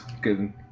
good